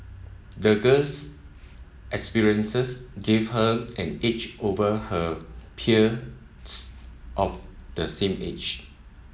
the girl's experiences gave her an edge over her peers of the same age